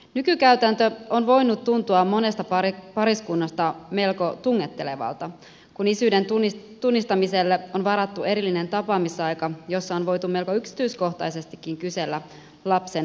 nykykäytäntö on voinut tuntua monesta pariskunnasta melko tungettelevalta kun isyyden tunnustamiselle on varattu erillinen tapaamisaika jossa on voitu melko yksityiskohtaisestikin kysellä lapsen alkua